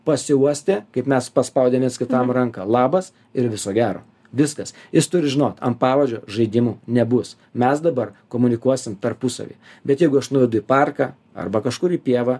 pasiuostė kaip mes paspaudėm viens kitam ranką labas ir viso gero viskas jis turi žinot ant pavadžio žaidimų nebus mes dabar komunikuosim tarpusavy bet jeigu aš nuvedu į parką arba kažkur į pievą